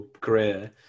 career